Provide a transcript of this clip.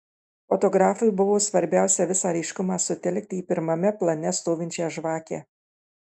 fotografui buvo svarbiausia visą ryškumą sutelkti į pirmame plane stovinčią žvakę